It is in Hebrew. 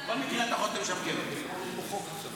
אני רוצה